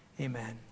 Amen